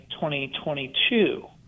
2022